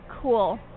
cool